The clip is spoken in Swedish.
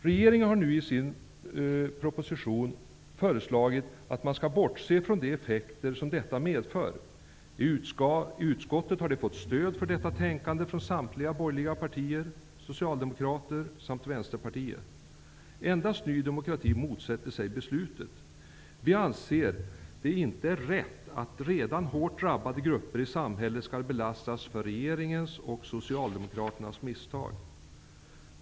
Regeringen har i sin proposition föreslagit att man skall bortse från de effekter som detta medför. I utskottet har regeringen fått stöd för detta tänkande från samtliga borgerliga partier, Socialdemokraterna och Vänsterpartiet. Endast Ny demokrati motsätter sig beslutet. Vi anser det inte rätt att redan hårt drabbade grupper i samhället skall belastas för regeringens och socialdemokraternas misstag.